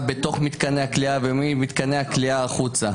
בתוך מתקני הכליאה וממתקני הכליאה החוצה,